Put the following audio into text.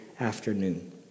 afternoon